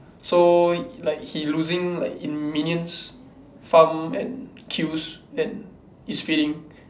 so like he losing like in minions farm and kills then it's fading